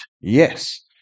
Yes